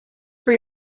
for